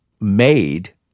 made